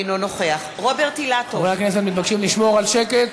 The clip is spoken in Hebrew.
אינו נוכח חברי הכנסת מתבקשים לשמור על שקט,